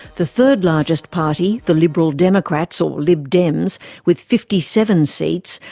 the third largest party, the liberal democrats or lib dems with fifty seven seats,